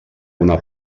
una